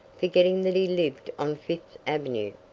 forgetting that he lived on fifth avenue.